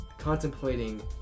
contemplating